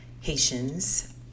haitians